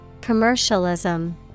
Commercialism